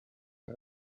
her